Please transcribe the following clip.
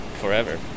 forever